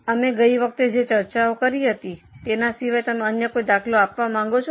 અમે ગયી વખતે જે ચર્ચાઓ કરી હતી તેના સિવાય તમે કોઈ અન્ય દાખલો આપવા માંગો છો